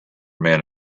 men